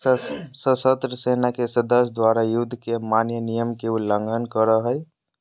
सशस्त्र सेना के सदस्य द्वारा, युद्ध के मान्य नियम के उल्लंघन करो हइ